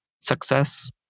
Success